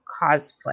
cosplay